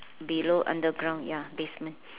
below underground ya basement